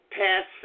pass